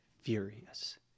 furious